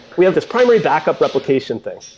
we have this primary backup replication thing.